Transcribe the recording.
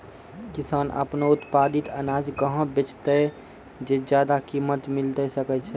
किसान आपनो उत्पादित अनाज कहाँ बेचतै जे ज्यादा कीमत मिलैल सकै छै?